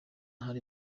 hari